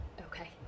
okay